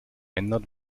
ändert